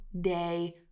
day